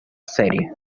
serie